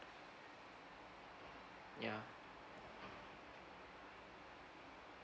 yeah